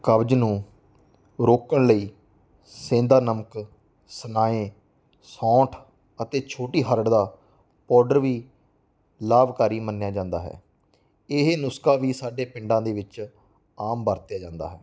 ਕਬਜ਼ ਨੂੰ ਰੋਕਣ ਲਈ ਸੇਂਦਾ ਨਮਕ ਸਨਾਏ ਸੌਂਠ ਅਤੇ ਛੋਟੀ ਹਰੜ ਦਾ ਪਾਊਡਰ ਵੀ ਲਾਭਕਾਰੀ ਮੰਨਿਆ ਜਾਂਦਾ ਹੈ ਇਹ ਨੁਸਖਾ ਵੀ ਸਾਡੇ ਪਿੰਡਾਂ ਦੇ ਵਿਚ ਆਮ ਵਰਤਿਆ ਜਾਂਦਾ ਹੈ